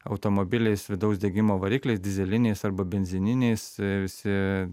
automobiliais vidaus degimo varikliais dyzeliniais arba benzininiais visi